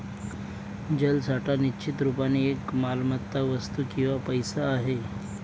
जलसाठा निश्चित रुपाने एक मालमत्ता, वस्तू किंवा पैसा आहे